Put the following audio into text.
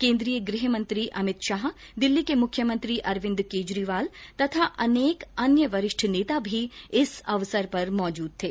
केन्द्रीय गृह मंत्री अमित शाह दिल्ली के मुख्यमंत्री अरविन्द केजरीवाल तथा अनेक अन्य वरिष्ठ नेता भी इस अवसर पर मौजूद थे